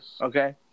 Okay